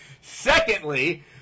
Secondly